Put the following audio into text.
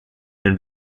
and